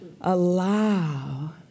Allow